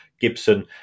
Gibson